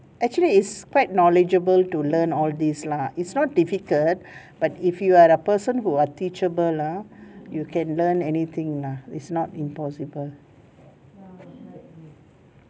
actually is quite knowledgeable to learn all this lah it's not difficult but if you are a person who are teachable ah you can learn anything lah it's not impossible